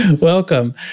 Welcome